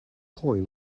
coin